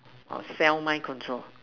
orh cell mine control